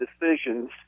decisions